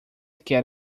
quer